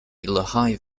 lehigh